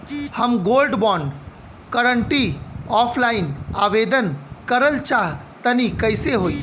हम gold bond करंति offline आवेदन करल चाह तनि कइसे होई?